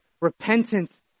repentance